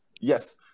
Yes